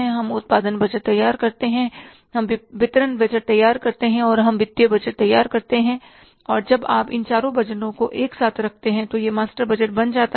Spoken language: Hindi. हम उत्पादन बजट तैयार करते हैं हम वितरण बजट तैयार करते हैं और हम वित्तीय बजट तैयार करते हैं और जब आप इन चारों बजटों को एक साथ रखते हैं तो यह मास्टर बजट बन जाता है